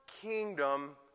kingdom